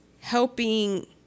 helping